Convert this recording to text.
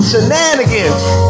Shenanigans